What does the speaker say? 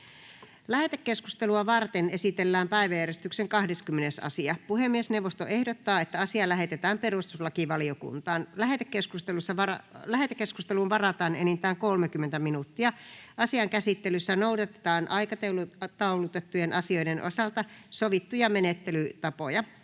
Lähetekeskustelua varten esitellään päiväjärjestyksen 21. asia. Puhemiesneuvosto ehdottaa, että asia lähetetään valtiovarainvaliokuntaan. Lähetekeskusteluun varataan enintään 30 minuuttia. Asian käsittelyssä noudatetaan aikataulutettujen asioiden osalta sovittuja menettelytapoja.